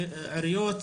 עיריות,